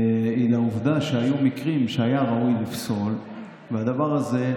היא לעובדה שהיו מקרים שהיה ראוי לפסול והדבר הזה,